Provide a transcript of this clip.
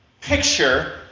picture